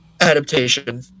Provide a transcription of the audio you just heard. adaptation